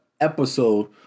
episode